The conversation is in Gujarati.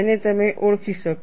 જેને તમે ઓળખી શકો